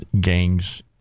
gangs